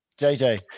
JJ